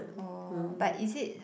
orh but is it